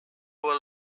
were